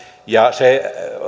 ja se